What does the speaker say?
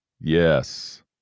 Yes